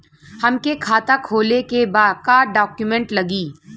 हमके खाता खोले के बा का डॉक्यूमेंट लगी?